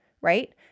right